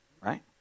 right